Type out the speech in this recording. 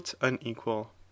unequal